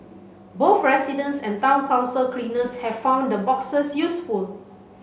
both residents and town council cleaners have found the boxes useful